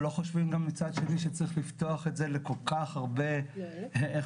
אנחנו גם לא חושבים מצד שני שצריך לפתוח את זה לכל כך הרבה נכויות.